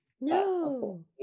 No